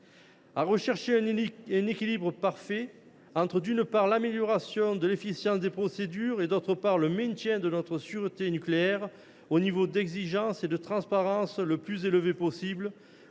À rechercher un équilibre parfait entre, d’une part, l’amélioration de l’efficience des procédures et, d’autre part, le maintien de notre sûreté nucléaire au niveau d’exigence et de transparence le plus élevé possible,